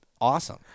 awesome